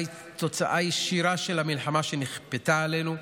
תוצאה ישירה של המלחמה שנכפתה עלינו.